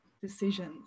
decisions